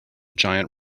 giant